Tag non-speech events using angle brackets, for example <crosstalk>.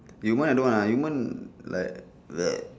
yumen I don't want lah yumen like <noise>